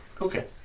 Okay